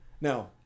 Now